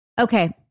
Okay